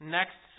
next